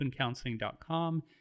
opencounseling.com